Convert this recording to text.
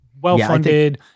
well-funded